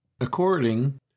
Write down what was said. according